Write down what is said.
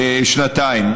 שנתיים.